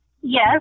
Yes